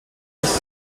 privas